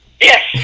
Yes